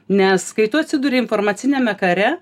nes kai tu atsiduri informaciniame kare